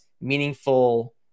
meaningful